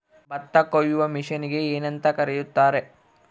ಭತ್ತ ಕೊಯ್ಯುವ ಮಿಷನ್ನಿಗೆ ಏನಂತ ಕರೆಯುತ್ತಾರೆ?